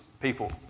people